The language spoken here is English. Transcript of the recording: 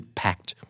packed